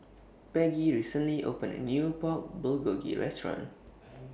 Peggie recently opened A New Pork Bulgogi Restaurant